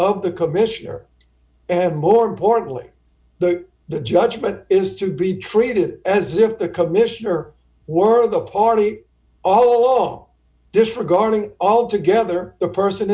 of the commissioner and more importantly the the judgment is to be treated as if the commissioner were a the party all along disregarding altogether the person